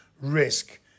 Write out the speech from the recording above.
risk